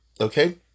Okay